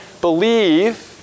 believe